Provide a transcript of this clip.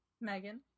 megan